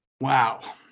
Wow